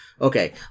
Okay